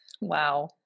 Wow